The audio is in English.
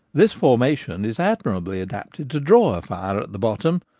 this formation is admirably adapted to draw a fire at the bottom,